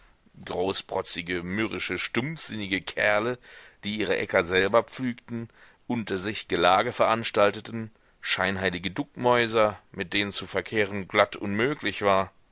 großprotzige mürrische stumpfsinnige kerle die ihre äcker selber pflügten unter sich gelage veranstalteten scheinheilige duckmäuser mit denen zu verkehren glatt unmöglich war